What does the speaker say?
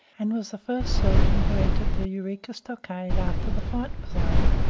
and was the first surgeon who entered the eureka stockade after the fight was over.